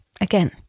again